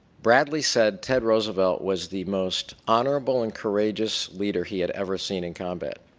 bradley said ted roosevelt was the most honorable and courageous leader he had ever seen in combat.